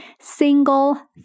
single